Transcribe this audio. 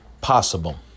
possible